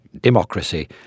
democracy –